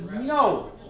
No